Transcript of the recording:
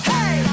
Hey